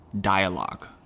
dialogue